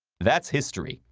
that's history.